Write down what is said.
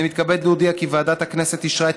אני מתכבד להודיע כי ועדת הכנסת אישרה את